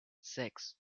sechs